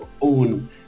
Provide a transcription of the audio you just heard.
own